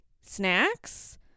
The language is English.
snacks